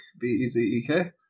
B-E-Z-E-K